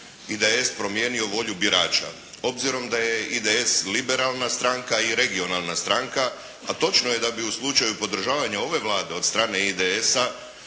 IDS promijenio volju birača obzirom da je IDS liberalna stranka i regionalna stranka. A točno je da bi u slučaju podržavanja ove Vlade od strane IDS-a